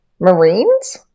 Marines